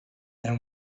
than